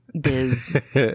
biz